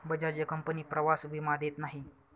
Bajaj company प्रवास विमा देत नाही